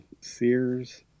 Sears